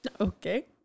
Okay